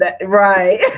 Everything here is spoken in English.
Right